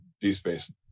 D-Space